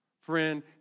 Friend